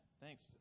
Thanks